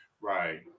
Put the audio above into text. Right